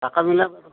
থাকা মেলা